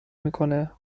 میکنه